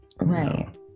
right